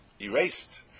Erased